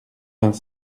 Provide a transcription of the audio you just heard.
vingt